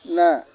ନା